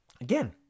Again